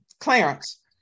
Clarence